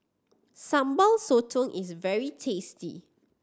Sambal Sotong is very tasty